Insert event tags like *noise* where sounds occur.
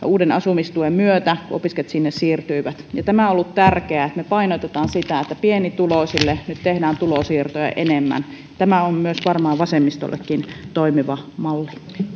*unintelligible* uuden asumistuen myötä kun opiskelijat siihen siirtyivät tämä on ollut tärkeää että me painotamme sitä että pienituloisille nyt tehdään tulonsiirtoja enemmän tämä on varmaan vasemmistollekin toimiva malli